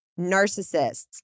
narcissists